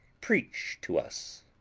preach to us.